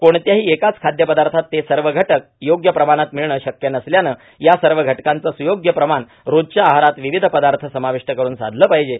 कोणत्याही एकाच खाद्यपदार्थात हे सर्व घटक योग्य प्रमाणात मिळणं शक्य नसल्यानं या सर्व घटकाचं सुयोग्य प्रमाण रोजच्या आकारात विविध पदार्थ समाविष्ट करून साधले पाहिजे